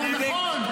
נכון.